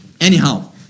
anyhow